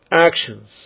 actions